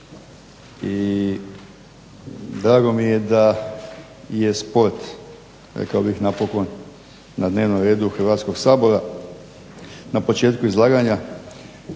drago mi je da je sport rekao bih napokon na dnevnom redu Hrvatskog sabora. Na početku izlaganja